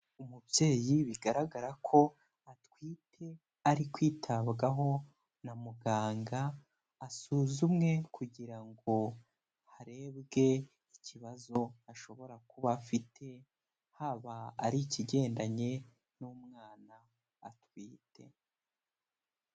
Umubyeyi bigaragara ko atwite ari kwitabwaho na muganga, asuzumwe kugira ngo harebwe ikibazo ashobora kuba afite, haba ari ikigendanye n'umwana atwite.